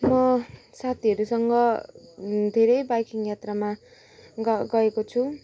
म साथीहरूसँग धेरै बाइकिङ यात्रामा ग गएको छु